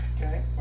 Okay